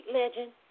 legend